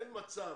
אין מצב